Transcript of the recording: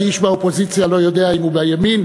כי איש מהאופוזיציה לא יודע אם הוא בימין,